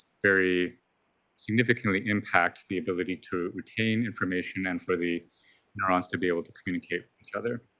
very significantly impact the ability to retain information and for the neurons to be able to communicate with each other.